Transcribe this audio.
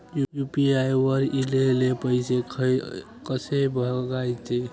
UPI वर ईलेले पैसे कसे बघायचे?